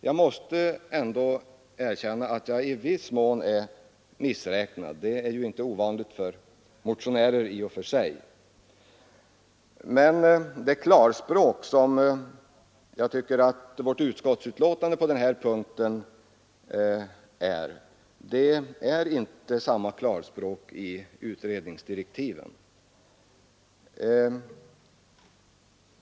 Jag måste ändå erkänna att jag i viss mån är missräknad, och det är inte ovanligt för motionärer. Jag anser att det inte är samma klarspråk i utredningsdirektiven som i vårt utskottsbetänkande.